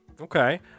Okay